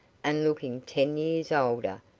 and looking ten years older,